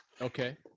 Okay